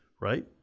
right